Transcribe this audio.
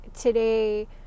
today